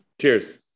Cheers